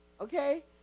Okay